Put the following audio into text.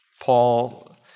Paul